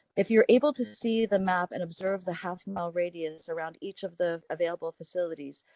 if you are able to see the map and observe the half mile radius around each of the available facilities,